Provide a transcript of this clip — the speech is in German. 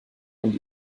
und